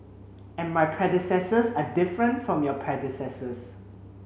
and my predecessors are different from your predecessors